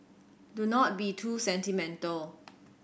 do not be too sentimental